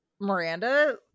Miranda